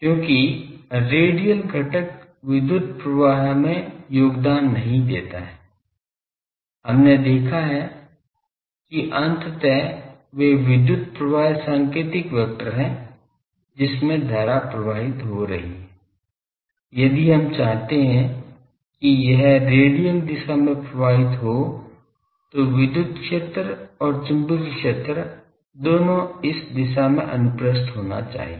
क्योंकि रेडियल घटक विद्युत प्रवाह में योगदान नहीं देता है हमने देखा है कि अंततः वे विद्युत प्रवाह संकेतिक वेक्टर हैं जिसमें धारा प्रवाहित हो रही है यदि हम चाहते हैं कि यह रेडियल दिशा में प्रवाहित हो तो विद्युत क्षेत्र और चुंबकीय क्षेत्र दोनों इन दिशा में अनुप्रस्थ होना चाहिए